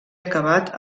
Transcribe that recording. acabat